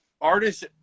Artists